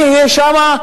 אני אהיה שם,